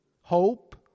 hope